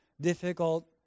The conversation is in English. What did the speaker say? difficult